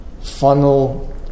funnel